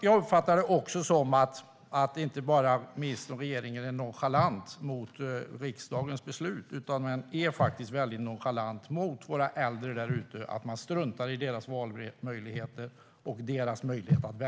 Jag uppfattar det också som att ministern och regeringen inte bara är nonchalanta mot riksdagens beslut, utan man är faktiskt mycket nonchalant mot våra äldre där ute när man struntar i deras valmöjligheter.